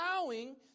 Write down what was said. allowing